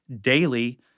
daily